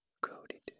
coated